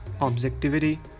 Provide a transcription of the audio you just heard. Objectivity